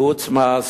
בייעוץ מס,